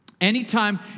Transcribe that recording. Anytime